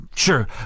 Sure